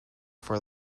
for